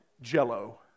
jello